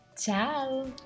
Ciao